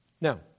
Now